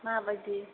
मा बायदि